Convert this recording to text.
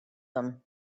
them